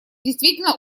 действительно